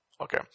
Okay